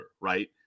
right